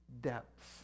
depths